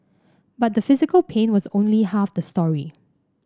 but the physical pain was only half the story